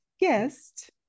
guest